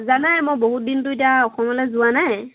জানাই মই বহুত দিনটো এতিয়া অসমলৈ যোৱা নাই